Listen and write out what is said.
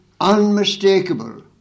unmistakable